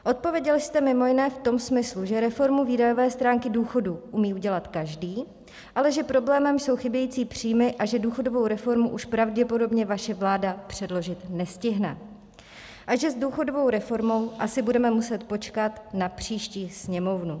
Odpověděl jste mimo jiné v tom smyslu, že reformu výdajové stránky důchodů umí dělat každý, ale že problémem jsou chybějící příjmy a že důchodovou reformu už pravděpodobně vaše vláda předložit nestihne a že s důchodovou reformou asi budeme muset počkat na příští sněmovnu.